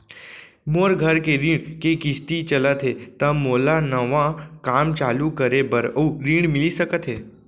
मोर घर के ऋण के किसती चलत हे ता का मोला नवा काम चालू करे बर अऊ ऋण मिलिस सकत हे?